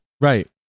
Right